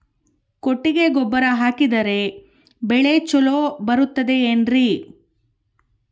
ಕೊಟ್ಟಿಗೆ ಗೊಬ್ಬರ ಹಾಕಿದರೆ ಬೆಳೆ ಚೊಲೊ ಬರುತ್ತದೆ ಏನ್ರಿ?